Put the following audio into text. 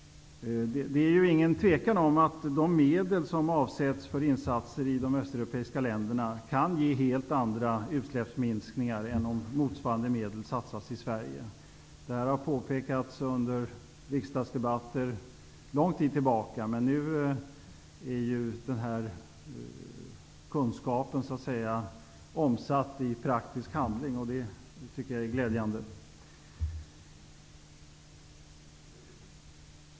Det råder inget tvivel om att de medel som avsätts för insatser i de östeuropeiska länderna kan ge helt andra utsläppsminskningar än vad motsvarande medel satsade i Sverige skulle ge. Detta har påpekats under riksdagsdebatter sedan lång tid tillbaka, men nu är ju den här kunskapen omsatt i praktisk handling. Det är glädjande.